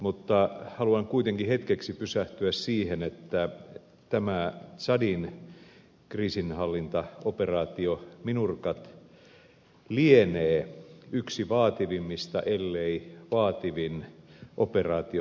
mutta haluan kuitenkin hetkeksi pysähtyä siihen että tämä tsadin kriisinhallintaoperaatio minurcat lienee yksi vaativimmista ellei vaativin operaatio mihin suomi on osallistunut